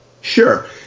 Sure